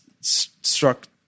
struck